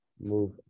Move